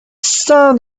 stand